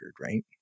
right